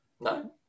No